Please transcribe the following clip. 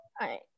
right